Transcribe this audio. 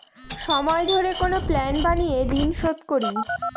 সময় ধরে কোনো প্ল্যান বানিয়ে ঋন শুধ করি